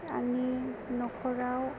आंनि नखराव